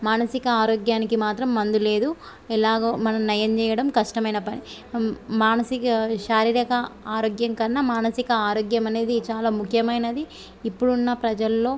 మానసిక ఆరోగ్యానికి మాత్రం మందు లేదు ఎలాగో మనం నయం చెయ్యడం కష్టమైన పని మానసిక శారీరక ఆరోగ్యం కన్నా మానసిక ఆరోగ్యం అనేది చాల ముఖ్యమైనది ఇప్పుడు ఉన్న ప్రజల్లో